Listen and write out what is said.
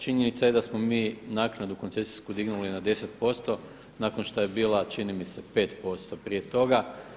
Činjenica je da smo mi naknadu koncesijsku dignuli na 10% nakon što je bila, čini mi se 5% prije toga.